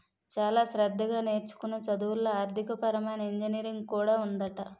చాలా శ్రద్ధగా నేర్చుకునే చదువుల్లో ఆర్థికపరమైన ఇంజనీరింగ్ కూడా ఉందట